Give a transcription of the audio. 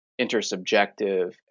intersubjective